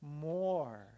more